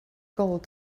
gold